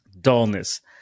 dullness